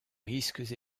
risques